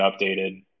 updated